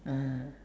(uh huh)